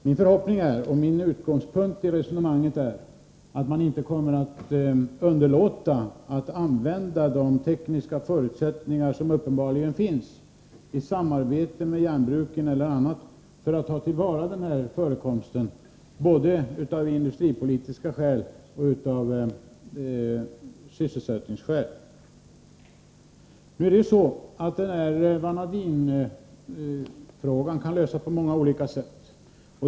Min förhoppning och min utgångspunkt i resonemanget är att man inte kommer att underlåta att använda de tekniska förutsättningar som uppenbarligen finns, i samarbete med järnbruken eller på annat sätt, för att ta till vara förekomsten av vanadin både av industripolitiska skäl och av sysselsättningsskäl. Vanadinfrågan kan lösas på många olika sätt.